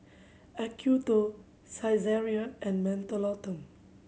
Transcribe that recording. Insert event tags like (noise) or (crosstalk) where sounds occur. Acuto Saizeriya and (unintelligible)